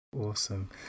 Awesome